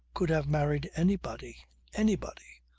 could have married anybody anybody.